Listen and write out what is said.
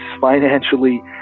financially